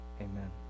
amen